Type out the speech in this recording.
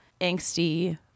angsty